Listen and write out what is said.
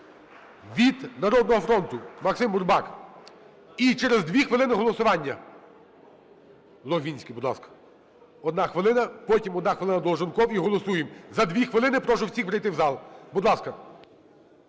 Від "Народного фронту" Максим Бурбак. І через 2 хвилини голосування. Логвинський, будь ласка, одна хвилина. Потім одна хвилина – Долженков. І голосуємо. За 2 хвилини прошу всіх прийти в зал. Будь ласка.